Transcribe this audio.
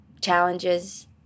challenges